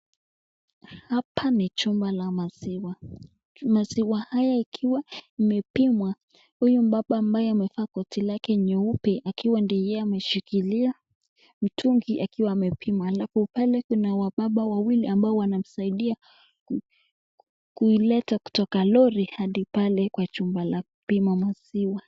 Hapa ni chumba la maziwa. Maziwa haya ikiwa imepimwa, huyu mbaba ambaye amevaa koti lake nyeupe akiwa ndo yeye ameshikilia mtungi akiwa amepima. Alafu pale kuna wababa wawili ambao wanamsaidia kuileta kutoka lori hadi pale kwa chumba la kupima maziwa.